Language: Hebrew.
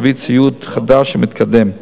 להביא ציוד חדש ומתקדם.